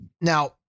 now